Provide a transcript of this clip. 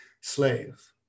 slave